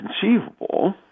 conceivable